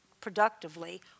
productively